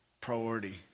priority